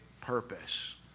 purpose